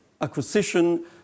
acquisition